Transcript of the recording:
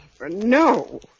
no